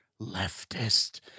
leftist